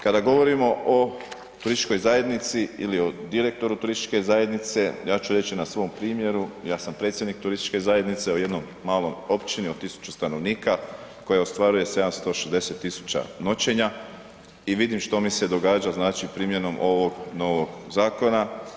Kada govorimo o turističkoj zajednici ili o direktoru turističke zajednice, ja ću reći na svom primjeru, ja sam predsjednik turističke zajednice u jednoj maloj općini od 1000 stanovnika, koje ostvaruju 760 000 noćenja i vidim što mi se događa, znači, primjenom ovog novog zakona.